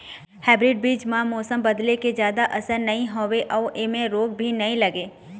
hybrid बीज म मौसम बदले के जादा असर नई होवे अऊ ऐमें रोग भी नई लगे